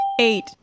Eight